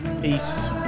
Peace